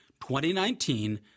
2019